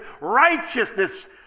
righteousness